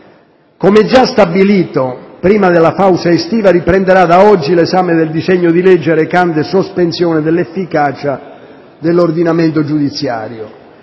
Come già stabilito prima della pausa estiva, riprenderà da oggi l'esame del disegno di legge recante «Sospensione dell'efficacia di disposizioni